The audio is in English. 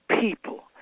people